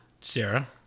Sarah